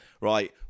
Right